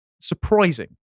surprising